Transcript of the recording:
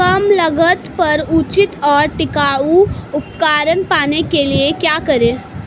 कम लागत पर उचित और टिकाऊ उपकरण पाने के लिए क्या करें?